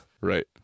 right